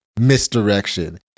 misdirection